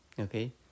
okay